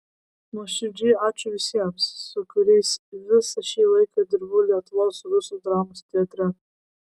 nuoširdžiai ačiū visiems su kuriais visą šį laiką dirbau lietuvos rusų dramos teatre